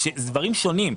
אלה דברים שונים.